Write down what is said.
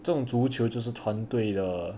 这种足球就是团队的